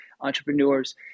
entrepreneurs